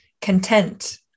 content